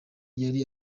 yari